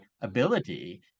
ability